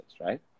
Right